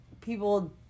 People